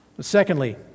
Secondly